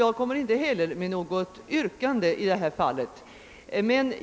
Därför kommer jag inte heller att här ställa något yrkande.